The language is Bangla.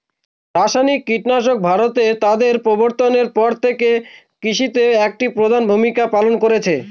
রাসায়নিক কীটনাশক ভারতে তাদের প্রবর্তনের পর থেকে কৃষিতে একটি প্রধান ভূমিকা পালন করেছে